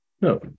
no